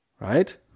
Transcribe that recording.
right